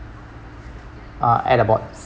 uh at about